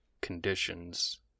conditions